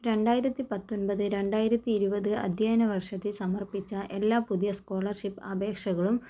രണ്ടായിരത്തി പത്തൊൻപത് രണ്ടായിരത്തി ഇരുപത് അദ്ധ്യായനവർഷത്തിൽ സമർപ്പിച്ച എല്ലാ പുതിയ സ്കോളർഷിപ്പ് അപേക്ഷകളും